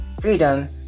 freedom